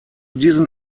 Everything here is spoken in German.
diesem